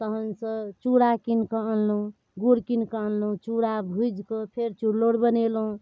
तहनसे चूड़ा कीनिकऽ अनलहुँ गुड़ कीनिकऽ अनलहुँ चूड़ा भुजिके फेर चुड़लौड़ बनेलहुँ